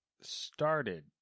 started